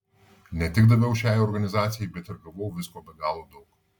ne tik daviau šiai organizacijai bet ir gavau visko be galo daug